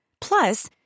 Plus